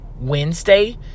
Wednesday